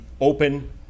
open